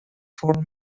four